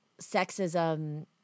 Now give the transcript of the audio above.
sexism